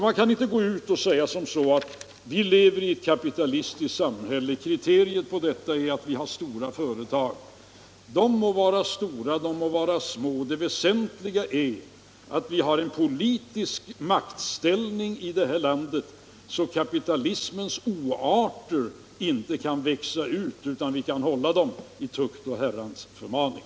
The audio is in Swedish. Man kanaalltså inte göra gällande att vi lever i ett kapitalistiskt samhälle, om man som kriterium på detta sätter upp att vi har stora företag. De må vara stora eller små — det väsentliga är att vi har sådana politiska maktförhållanden att kapitalismens oarter inte kan växa ut utan kan hållas i tukt och Herrans förmaning.